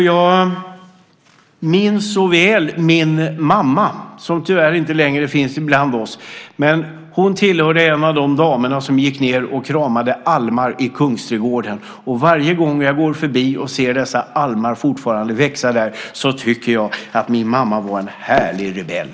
Jag minns så väl min mamma, som tyvärr inte längre finns ibland oss. Hon var en av de damer som gick ned och kramade almar i Kungsträdgården. Varje gång jag går förbi och ser dessa almar fortfarande växa där tycker jag att min mamma var en härlig rebell.